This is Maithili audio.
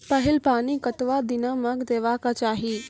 पहिल पानि कतबा दिनो म देबाक चाही?